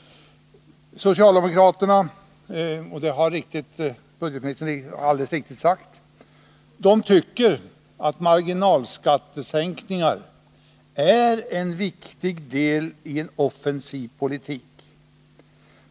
Socialdemokraterna tycker — och det har budgetministern alldeles riktigt sagt — att marginalskattesänkningar är en viktig del i en offensiv politik.